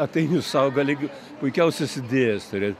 ateini sau gali gi puikiausias idėjas turėt